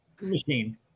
Machine